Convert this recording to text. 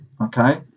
okay